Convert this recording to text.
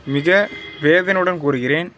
மிக வேதனையுடன் கூறுகிறேன்